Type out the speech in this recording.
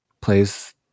plays